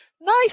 nice